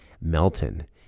Melton